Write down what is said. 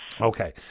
Okay